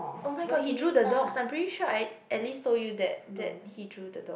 oh-my-god he drew the dogs I'm pretty sure I at least you that that he drew the dog